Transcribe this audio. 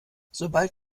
sobald